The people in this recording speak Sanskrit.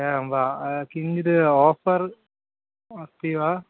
एवं वा किञ्चिद् आफ़र् अस्ति वा